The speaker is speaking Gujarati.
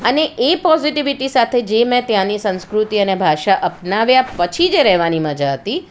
અને એ પોઝિટીવીટી સાથે જે મેં ત્યાંની સંસ્કૃતિ અને ભાષા આપનાવ્યા પછી જે રહેવાની મજા હતી